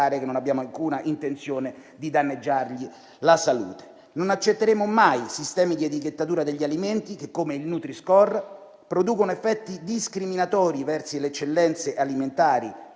Non accetteremo mai sistemi di etichettatura degli alimenti che, come il nutri-score, producono effetti discriminatori verso le eccellenze alimentari